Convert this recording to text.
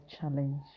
challenge